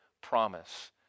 promise